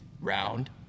round